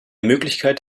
möglichkeit